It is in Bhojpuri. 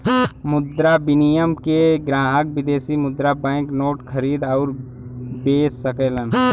मुद्रा विनिमय में ग्राहक विदेशी मुद्रा बैंक नोट खरीद आउर बे सकलन